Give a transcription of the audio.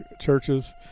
churches